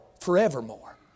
forevermore